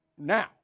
now